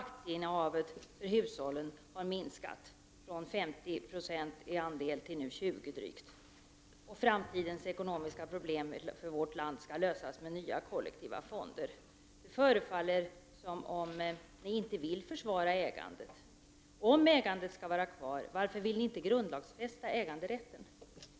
Hushållens andel av aktieinnehavet har minskat från 50 96 till drygt 20 96. Framtidens ekonomiska problem för vårt land skall lösas med nya kollektiva fonder. Det före faller som om socialdemokraterna inte vill försvara det enskilda ägandet. Om äganderätten skall vara kvar, varför vill ni inte grundlagsfästa den?